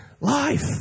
life